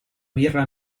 birra